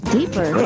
Deeper